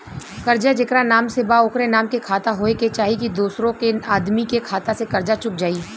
कर्जा जेकरा नाम से बा ओकरे नाम के खाता होए के चाही की दोस्रो आदमी के खाता से कर्जा चुक जाइ?